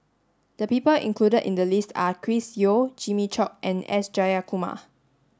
the people included in the list are Chris Yeo Jimmy Chok and S Jayakumar